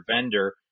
vendor